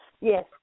yes